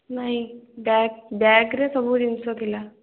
ନାଇଁ ବ୍ୟାଗ୍ ବ୍ୟାଗ୍ରେ ସବୁ ଜିନିଷ ଥିଲା